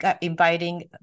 inviting